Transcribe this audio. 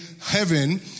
heaven